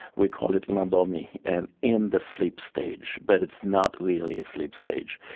we call it landomi and in the sleep stage, but it's not really a sleep stage,